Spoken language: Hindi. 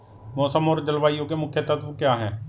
मौसम और जलवायु के मुख्य तत्व क्या हैं?